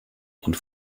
und